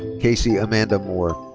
kasey amanda moore.